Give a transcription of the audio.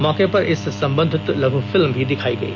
मौके पर इससे संबंधित लघु फिल्म भी दिखाई गई